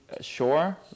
sure